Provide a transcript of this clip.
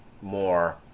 more